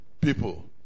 People